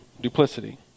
duplicity